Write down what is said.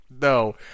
no